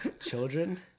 Children